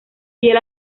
fiel